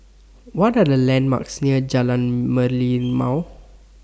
What Are The landmarks near Jalan Merlimau